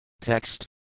Text